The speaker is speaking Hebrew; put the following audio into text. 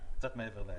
מעבר לעניין.